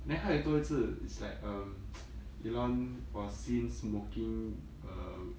then 他有多一次 is like um elon was seen smoking uh